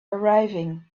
arriving